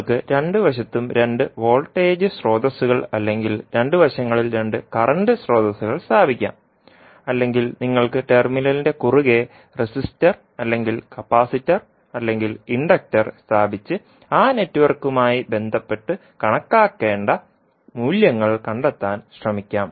നിങ്ങൾക്ക് രണ്ട് വശത്തും രണ്ട് വോൾട്ടേജ് സ്രോതസ്സുകൾ അല്ലെങ്കിൽ രണ്ട് വശങ്ങളിൽ രണ്ട് കറന്റ് സ്രോതസ്സുകൾ സ്ഥാപിക്കാം അല്ലെങ്കിൽ നിങ്ങൾക്ക് ടെർമിനലിന്റെ കുറുകെ റെസിസ്റ്റർ അല്ലെങ്കിൽ കപ്പാസിറ്റർ അല്ലെങ്കിൽ ഇൻഡക്റ്റർ സ്ഥാപിച്ച് ആ നെറ്റ്വർക്കുമായി ബന്ധപ്പെട്ട് കണക്കാക്കേണ്ട മൂല്യങ്ങൾ കണ്ടെത്താൻ ശ്രമിക്കാം